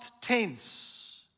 tense